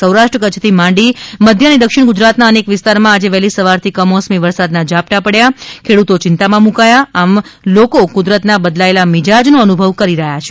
સૌરાષ્ટ્ર કચ્છથી માંડી મધ્ય અને દક્ષિણ ગુજરાત ના અનેક વિસ્તારમાં આજે વહેલી સવારથી કમોસમી વરસાદ ના ઝાપટા પડતાં ખેડૂતો ચિંતામાં મુકાથા છે તો આમ જનતા કુદરતના બદલાયેલા મિજાજ નો અનુભવ કરી રહી છે